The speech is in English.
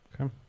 Okay